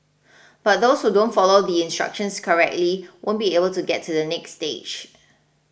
but those who don't follow the instructions correctly won't be able to get to the next stage